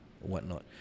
whatnot